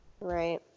Right